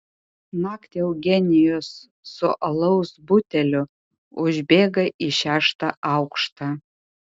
naktį eugenijus su alaus buteliu užbėga į šeštą aukštą